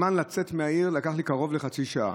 לצאת מהעיר לקח לי קרוב לחצי שעה.